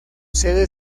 sede